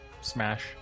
smash